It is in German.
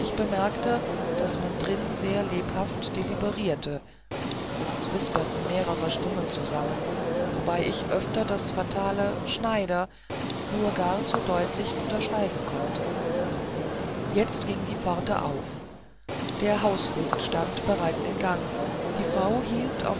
bemerkte daß man drin sehr lebhaft deliberierte es wisperten mehrere stimmen zusammen wobei ich öfter das fatale schneider nur gar zu deutlich unterscheiden konnte jetzt ging die pforte auf der hausvogt stand bereits im gang die frau hielt